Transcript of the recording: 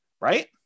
right